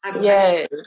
Yes